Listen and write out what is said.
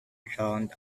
drowned